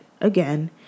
again